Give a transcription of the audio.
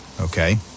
Okay